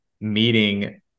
meeting